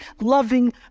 loving